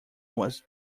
was